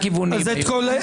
הכול בסדר.